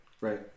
right